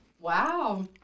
Wow